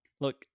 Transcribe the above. Look